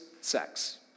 sex